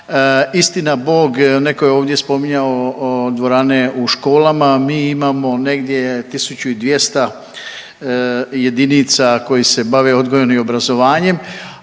Istinabog netko je ovdje spominjao dvorane u školama, mi imamo negdje 1200 jedinica koji se bave odgojem i obrazovanjem,